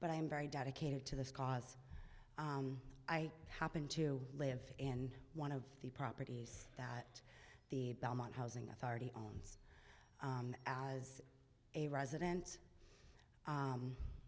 but i am very dedicated to this cause i happen to live in one of the properties that the belmont housing authority owns as a residence